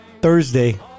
Thursday